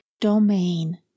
domain